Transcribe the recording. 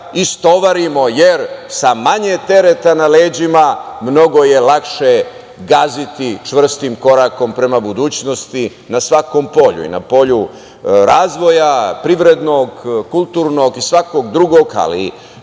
istovarimo, jer sa manje tereta na leđima mnogo je lakše gaziti čvrstim korakom prema budućnosti na svakom polju i na polju razvoja, privrednog, kulturnog i svakog drugog ali i